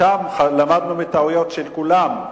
שם למדנו מטעויות של כולם,